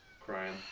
crying